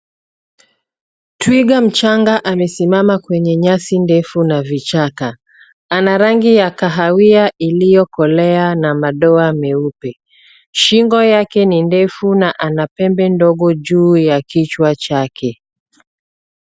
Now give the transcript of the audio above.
Twiga mchanga amesimama kwenye nyasi ndefu na vichaka. Ana rangi ya kahawia iliyokolea na madoa meupe. Shingo yake ni ndefu na ana pembe ndogo juu ya kichwa chake.